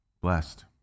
Blessed